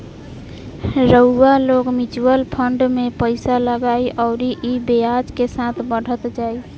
रउआ लोग mutual fund मे पइसा लगाई अउरी ई ब्याज के साथे बढ़त जाई